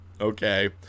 okay